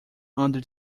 under